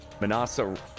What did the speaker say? Manasa